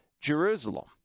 Jerusalem